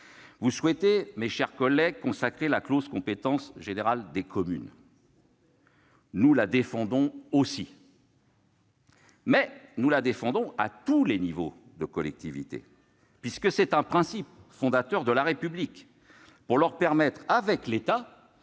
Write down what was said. Vous souhaitez, mes chers collègues, consacrer la clause générale de compétence des communes. Nous la défendons aussi, mais nous la défendons à tous les niveaux de collectivités- puisque c'est un principe fondateur de la République -pour permettre à ces